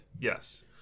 Yes